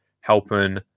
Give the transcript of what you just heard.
helping